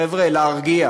חבר'ה, להרגיע.